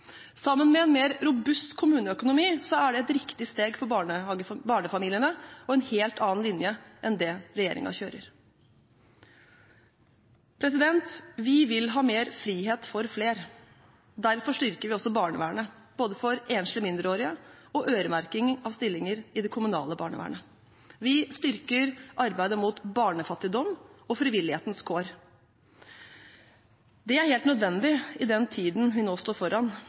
Sammen med en mer robust kommuneøkonomi er det et riktig steg for barnefamiliene og en helt annen linje enn det regjeringen kjører. Vi vil ha mer frihet for flere. Derfor styrker vi også barnevernet, både for enslige mindreårige og med øremerking av stillinger i det kommunale barnevernet. Vi styrker arbeidet mot barnefattigdom og for frivillighetens kår. Det er helt nødvendig i den tiden vi nå står foran,